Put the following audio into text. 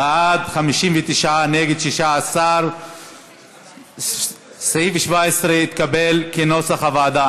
בעד, 59, נגד, 16. סעיף 17 התקבל, כנוסח הוועדה.